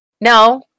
No